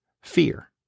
fear